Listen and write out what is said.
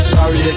Sorry